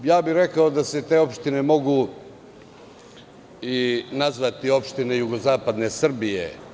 Rekao bih da se te opštine mogu i nazvati opštine Jugozapadne Srbije.